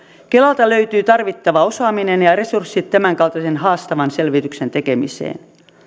kelalta löytyy tarvittava osaaminen ja resurssit tämän kaltaisen haastavan selvityksen tekemiseen